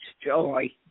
joy